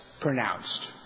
pronounced